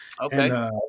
Okay